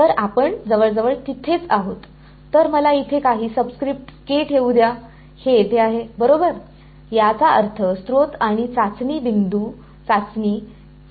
तर आपण जवळजवळ तिथेच आहोत तर मला इथे काही सबस्क्रिप्ट्स ठेवू द्या हे येथे आहे बरोबर याचा अर्थ स्त्रोत आणि चाचणी बिंदू होते